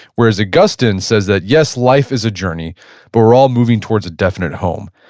whereas augustine says that, yes life is a journey but we're all moving towards a definite home.